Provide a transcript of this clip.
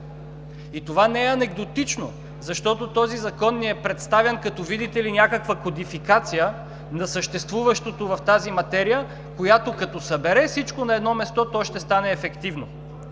И това не е анекдотично, защото този Закон ни е представян, , видите ли, като някаква кодификация на съществуващото в тази материя, която като събере всичко на едно място, то ще стане ефективно.